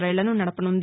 రైళ్ళను నడవనుంది